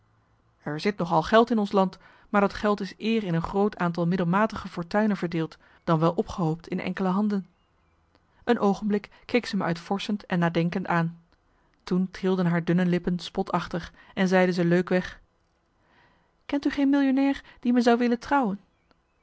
er zit nog al geld in ons land maar dat geld is eer in een groot aantal middelmatige fortuinen verdeeld dan wel opgehoopt in enkele handen een oogenblik keek zij me uitvorschend en nadenkend aan toen trilden haar dunne lippen spotachtig en zeide ze leukweg marcellus emants een nagelaten bekentenis kent u geen millionair die me zou willen trouwen